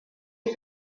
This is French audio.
est